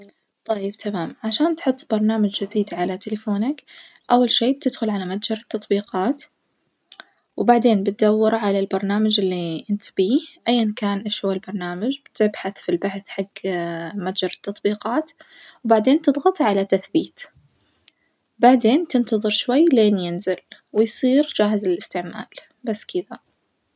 طيب تمام عشان تحط برنامج جديد على تليفونك، أول شي بتدخل على متجر التطبيقات وبعدين بتدور على البرنامج اللي إنت تبيه أيًا كان إيش هو البرنامج، بتبحث في البحث حج متجر التطبيقات وبعدين تضغط على تثبيت بعدين تنتظر شوي لين ينزل ويصير جاهز للإستعمال بس كدة.